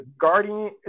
Guardian